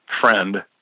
friend